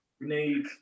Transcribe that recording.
need